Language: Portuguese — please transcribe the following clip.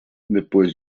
depois